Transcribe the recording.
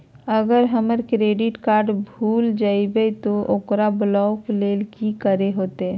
अगर हमर credit card भूल जइबे तो ओकरा ब्लॉक लें कि करे होते?